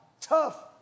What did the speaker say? tough